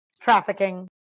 trafficking